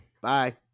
Bye